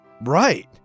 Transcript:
Right